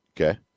Okay